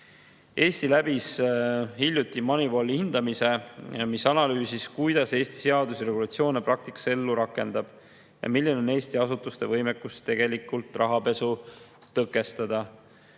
Eesti läbis hiljuti Moneyvali hindamise, mis analüüsis, kuidas Eesti seadusi ja regulatsioone praktikas ellu rakendab ja milline on Eesti asutuste võimekus tegelikult rahapesu tõkestada.